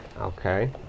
Okay